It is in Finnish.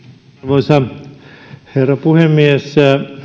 arvoisa herra puhemies